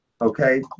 Okay